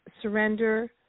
surrender